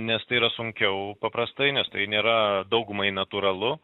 nes tai yra sunkiau paprastai nes tai nėra daugumai natūralu